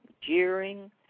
jeering